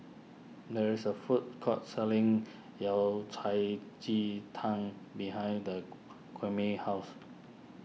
there is a food court selling Yao Cai Ji Tang behind the Kwame's house